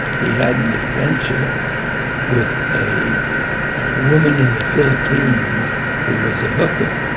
he had an adventure with a woman. and ah philipines, who was a hooker,